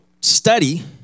study